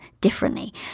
differently